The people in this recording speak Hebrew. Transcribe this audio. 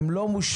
הן לא מושלמות,